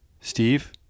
Steve